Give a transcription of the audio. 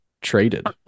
traded